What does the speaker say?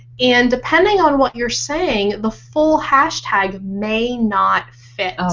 and depending on what you're saying, the full hashtag may not fit. oh